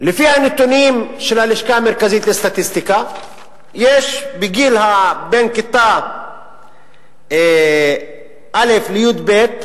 לפי הנתונים של הלשכה המרכזית לסטטיסטיקה יש בין כיתה א' לכיתה י"ב,